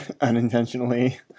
Unintentionally